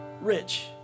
Rich